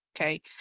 Okay